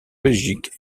belgique